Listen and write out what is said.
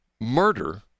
murder